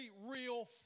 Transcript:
real